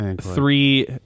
three